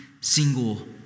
single